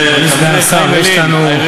אדוני סגן השר, יש לנו יום ארוך.